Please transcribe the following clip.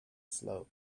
slow